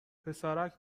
پسرک